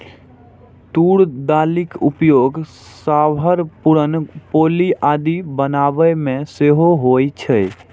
तूर दालिक उपयोग सांभर, पुरन पोली आदि बनाबै मे सेहो होइ छै